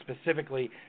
specifically